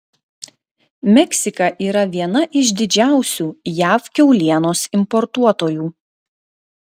meksika yra viena iš didžiausių jav kiaulienos importuotojų